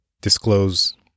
disclose